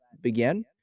begin